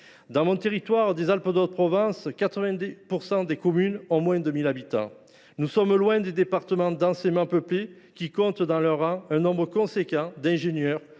Dans mon territoire des Alpes de Haute Provence, 80 % des communes ont moins de 1 000 habitants. Nous sommes loin des départements densément peuplés, qui comptent dans leurs effectifs un nombre important d’ingénieurs,